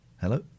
Hello